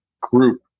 group